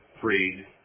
freed